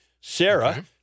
Sarah